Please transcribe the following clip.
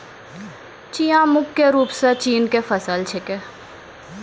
चिया मुख्य रूप सॅ चीन के फसल छेकै